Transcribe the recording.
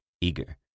eager